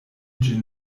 ĝin